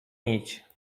nić